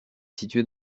située